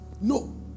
no